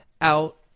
out